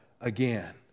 again